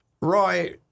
Roy